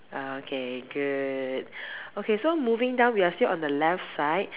okay good okay so moving down we are still on the left side